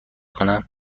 کنم